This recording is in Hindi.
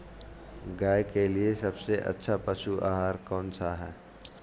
गाय के लिए सबसे अच्छा पशु आहार कौन सा है?